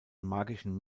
magischen